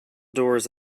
doors